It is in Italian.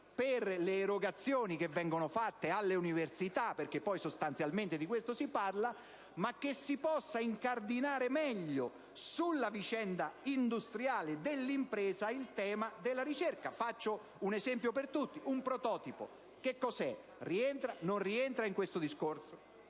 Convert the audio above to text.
per le erogazioni che vengono fatte alle università - sostanzialmente di questo si parla - ma si dovrebbe incardinare meglio sulla vicenda industriale dell'impresa il tema della ricerca. Un esempio per tutti: un prototipo rientra in questo discorso?